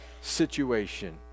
situation